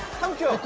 thank you.